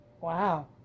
Wow